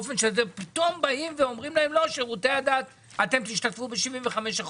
פתאום באים ואומרים להם שבשירותי הדת הם תשתתפו ב-75%,